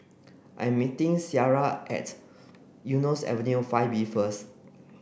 I'm meeting Sierra at Eunos Avenue five B first